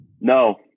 No